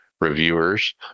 reviewers